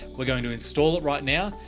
we're going to install it right now,